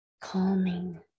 calming